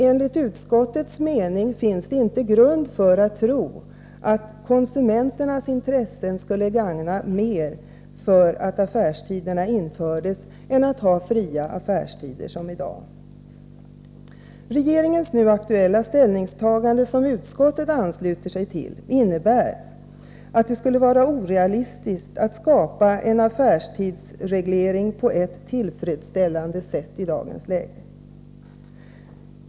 Enligt utskottets mening finns det inte någon grund för att tro att konsumenternas intressen skulle gagnas mer av en affärstidsreglering än av fria affärstider som i dag. Regeringens aktuella ställningstagande, vilket utskottet ansluter sig till, innebär att det skulle vara orealistiskt att skapa en tillfredsställande affärstidsreglering i dagens läge.